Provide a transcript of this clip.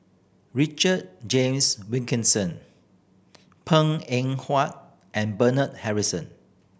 Richard James Wilkinson Png Eng Huat and Bernard Harrison